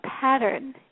pattern